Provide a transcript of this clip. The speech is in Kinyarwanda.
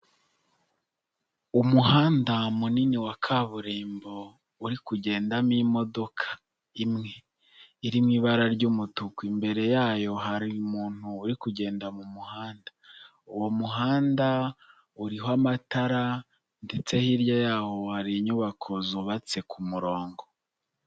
Umuhanda munini wa kaburimbo, uri kugendamo imodoka imwe, iri mu ibara ry'umutuku imbere yayo hari umuntu uri kugenda mu muhanda, uwo muhanda uriho amatara ndetse hirya yaho hari inyubako zubatse ku murongo.